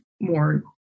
more